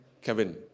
Kevin